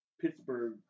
Pittsburgh